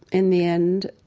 in the end,